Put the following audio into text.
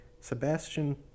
Sebastian